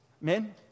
Men